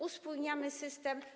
Uspójniamy system.